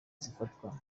zifatwa